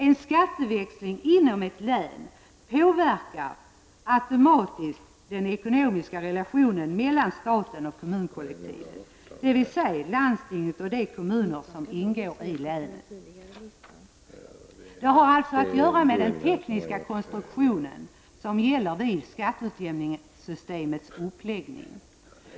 En skatteväxling inom ett län påverkar automatiskt den ekonomiska relationen mellan staten och kommunkollektivet, dvs. landstinget och de kommuner som ingår i länet. Detta har alltså att göra med den tekniska konstruktion som gäller vid skatteutjämningssystemets uppläggning.